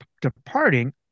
departing